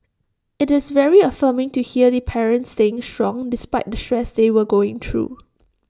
IT is very affirming to hear the parents staying strong despite the stress they were going through